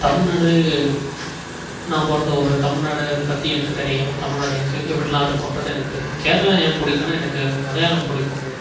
தமிழ்நாடு நான் பிறந்த ஊர் தமிழ்நாடு பற்றி எனக்கு தெரியும் தமிழ்நாடு எங்கே எப்படிலாம் இருக்கும்ன்றது எனக்கு தெரியும் கேரளா ஏன் பிடிக்குன்னா எனக்கு மலையாளம் பிடிக்கும்